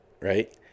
right